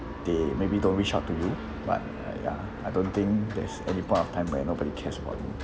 they maybe don't reach out to you but uh ya I don't think there's any point of time where nobody cares about you